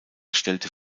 stellte